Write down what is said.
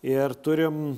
ir turim